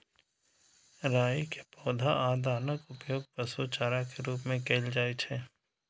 राइ के पौधा आ दानाक उपयोग पशु चारा के रूप मे कैल जाइ छै